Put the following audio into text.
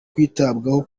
kwitabwaho